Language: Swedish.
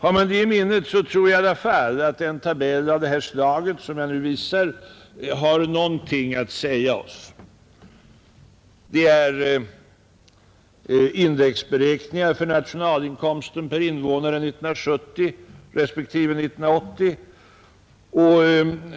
Har vi detta i minnet tror jag i alla fall att en tabell av det slag som jag nu visar på TV-skärmen har någonting att säga oss. Den upptar indexberäkningar för nationalinkomsten per invånare 1970 respektive 1980 och